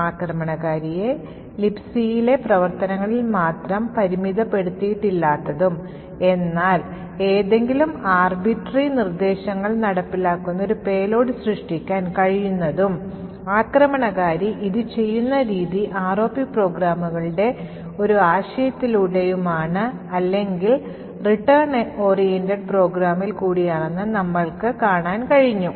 ആക്രമണകാരിയെ Libcയിലെ പ്രവർത്തനങ്ങളിൽ മാത്രം പരിമിതപ്പെടുത്തിയിട്ടില്ലാത്തതും എന്നാൽ ഏതെങ്കിലും അനിയന്ത്രിതമായ നിർദ്ദേശങ്ങൾ നടപ്പിലാക്കുന്ന ഒരു പേലോഡ് സൃഷ്ടിക്കാൻ കഴിയുന്നതും ആക്രമണകാരി ഇത് ചെയ്യുന്ന രീതി ROP പ്രോഗ്രാമുകളുടെ ഒരു ആശയത്തിലൂടെയുമാണ് അല്ലെങ്കിൽ റിട്ടേൺ ഓറിയന്റഡ് പ്രോഗ്രാമിൽ കൂടിയാണെന്ന് നമുക്ക് കാണാൻ കഴിഞ്ഞു